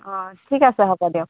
অঁ ঠিক আছে হ'ব দিয়ক